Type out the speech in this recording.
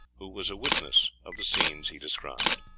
who was a witness of the scenes he described.